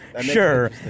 sure